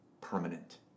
permanent